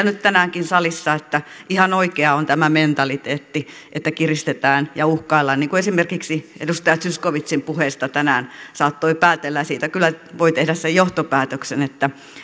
nyt tänäänkin salissa että ihan oikeaa on tämä mentaliteetti että kiristetään ja uhkaillaan niin kuin esimerkiksi edustaja zyskowiczin puheesta tänään saattoi päätellä ja siitä kyllä voi tehdä sen johtopäätöksen